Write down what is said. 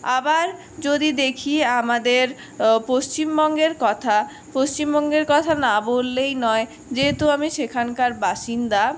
আবার যদি দেখি আমাদের পশ্চিমবঙ্গের কথা পশ্চিমবঙ্গের কথা না বললেই নয় যেহেতু আমি সেখানকার বাসিন্দা